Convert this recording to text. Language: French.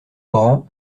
grand